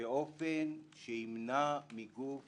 באופן שימנע מגוף